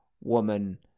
woman